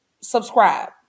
subscribe